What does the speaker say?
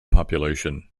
population